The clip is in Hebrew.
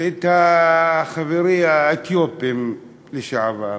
ואת החברים האתיופים לשעבר,